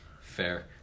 Fair